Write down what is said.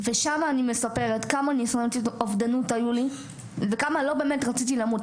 שם אני מספרת כמה ניסיונות אובדנות היו לי וכמה לא באמת רציתי למות,